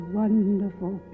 wonderful